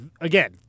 again